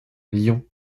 lyon